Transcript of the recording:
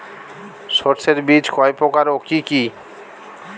শস্যের বীজ কয় প্রকার ও কি কি?